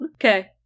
Okay